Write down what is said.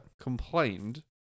complained